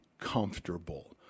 comfortable